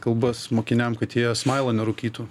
kalbas mokiniam kad jie smailo nerūkytų